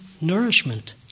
nourishment